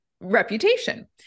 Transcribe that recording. reputation